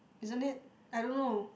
isn't it I don't know